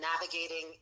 navigating